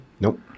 Nope